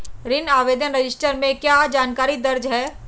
ऋण आवेदन रजिस्टर में क्या जानकारी दर्ज है?